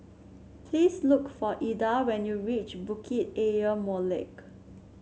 please look for Ilda when you reach Bukit Ayer Molek